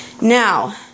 Now